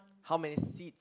how many seeds